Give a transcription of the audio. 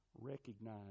Recognize